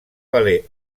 valer